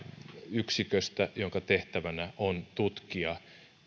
yksiköstä jonka tehtävänä on tutkia